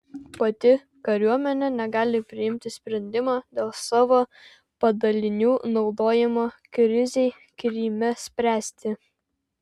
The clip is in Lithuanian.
pati kariuomenė negali priimti sprendimo dėl savo padalinių naudojimo krizei kryme spręsti